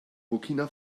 burkina